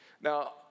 Now